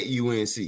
UNC